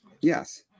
Yes